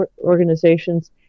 organizations